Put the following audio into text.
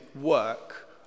work